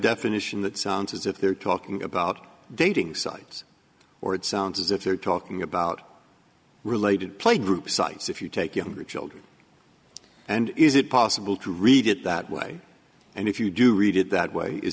definition that sounds as if they're talking about dating sites or it sounds as if they're talking about related playgroups sites if you take younger children and is it possible to read it that way and if you do read it that way is